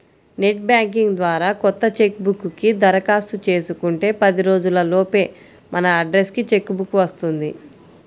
net banking ద్వారా కొత్త cheque book కి దరఖాస్తు చేసుకుంటే పది రోజుల లోపే మన అడ్రస్ కి చెక్ బుక్ వస్తుంది